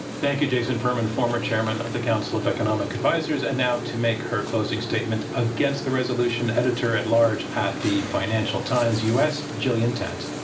thank you jason furman, former chairman of the council of economic advisors, and now to make her closing statement against the resolution, editor-at-large at the financial times u. s, gillian tett.